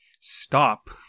stop